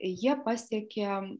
jie pasiekė